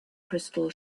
crystal